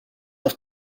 auf